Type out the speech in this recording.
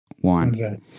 One